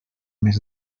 més